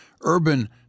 Urban